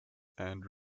and